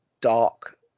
dark